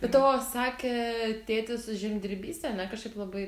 bet tavo sakė tėtis su žemdirbyste kažkaip labai